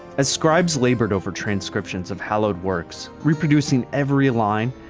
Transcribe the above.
as scribes labored over transcriptions of hallowed works, reproducing every line,